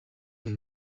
bihe